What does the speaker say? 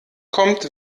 kommt